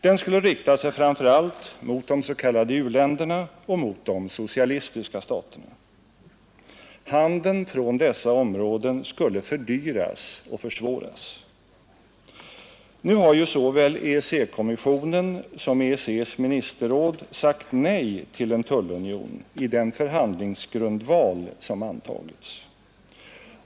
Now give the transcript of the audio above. Den skulle rikta sig framför allt mot de s.k. u-länderna och mot de socialistiska staterna. Handeln från dessa områden skulle fördyras och försvåras. Nu har ju såväl EEC-kommissionen som EEC:s ministerråd sagt nej till en tullunion i den förhandlingsgrundval som antagits.